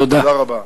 תודה רבה.